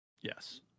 Yes